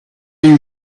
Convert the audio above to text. you